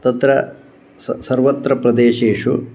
तत्र सर्वत्र प्रदेशेषु